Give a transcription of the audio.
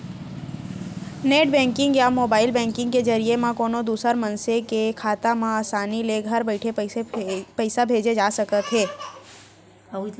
net banking या mobile banking के जरिए म कोनों दूसर मनसे के खाता म आसानी ले घर बइठे पइसा भेजे जा सकत हे